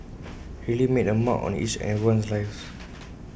he really made A mark on each and everyone's life